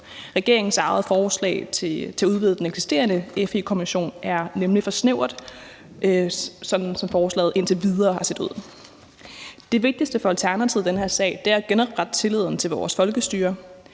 Regeringens eget forslag til at udvide den eksisterende FE-kommission er nemlig for snævert, sådan som forslaget indtil videre har set ud. Det vigtigste for Alternativet i den her sag er at genoprette tilliden til vores folkestyre.